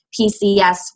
PCS